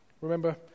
Remember